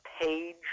page